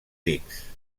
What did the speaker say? dics